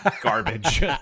garbage